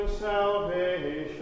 salvation